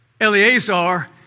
Eleazar